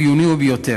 חיוני הוא ביותר.